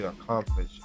accomplish